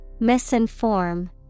Misinform